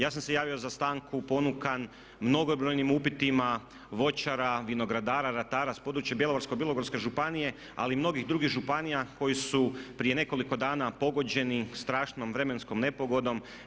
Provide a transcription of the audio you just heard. Ja sam se javio za stanku ponukan mnogobrojnim upitima voćara, vinogradara, ratara s područja Bjelovarsko-bilogorske županije ali i mnogih drugih županija koji su prije nekoliko dana pogođeni strašnom vremenskom nepogodom.